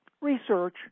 Research